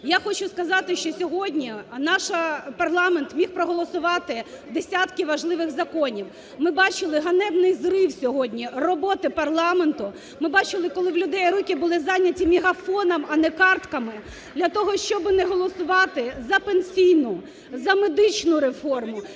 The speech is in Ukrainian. Я хочу сказати, що сьогодні наш парламент міг проголосувати десятки важливих законів. Ми бачили ганебний зрив сьогодні роботи парламенту. Ми бачили, коли в людей руки були зайняті мегафоном, а не картками, для того, щоб не голосувати за пенсійну, за медичну реформу,